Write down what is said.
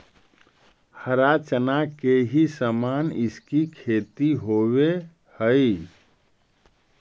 हरा चना के ही समान इसकी खेती होवे हई